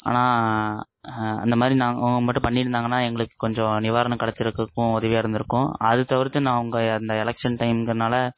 ஆனால் அந்த மாதிரி நாங்கள் அவங்க மட்டும் பண்ணியிருந்தாங்கன்னா எங்களுக்கு கொஞ்சம் நிவாரணம் கிடச்சிருக்கக்கும் உதவியாக இருந்திருக்கும் அது தவிர்த்து நான் அவங்க இந்த எலெக்சன் டைம்ங்கிறதனால